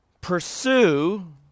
pursue